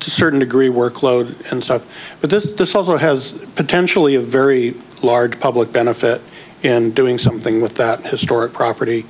to certain degree workload and stuff but this has potentially a very large public benefit and doing something with that historic property